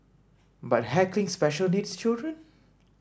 but heckling special needs children